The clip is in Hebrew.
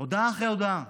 הודעה אחרי הודעה.